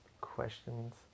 questions